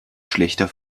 schlechter